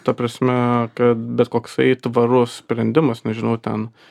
ta prasme kad bet koks tvarus sprendimas nežinau ten